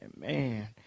man